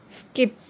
skip